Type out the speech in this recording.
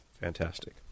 Fantastic